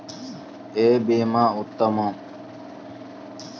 ఏ భీమా ఉత్తమము?